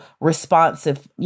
responsive